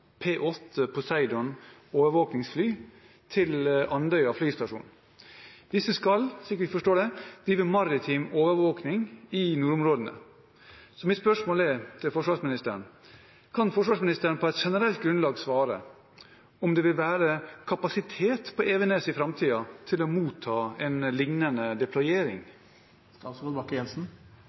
til Andøya flystasjon. Disse skal, slik vi forstår det, drive maritim overvåkning i nordområdene. Så mitt spørsmål til forsvarsministeren er: Kan forsvarsministeren på et generelt grunnlag svare på om det vil være kapasitet på Evenes i framtiden til å motta en lignende deployering?